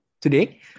Today